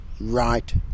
right